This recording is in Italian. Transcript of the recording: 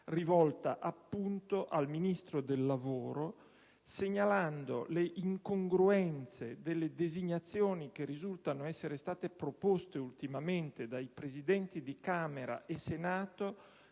rivolta appunto al Ministro del lavoro, segnalando le incongruenze delle designazioni che risultano essere state proposte ultimamente dai Presidenti di Camera e Senato,